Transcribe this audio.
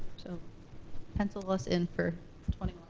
so pencil us in for twenty